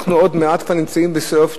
אנחנו עוד מעט כבר נמצאים בסוף,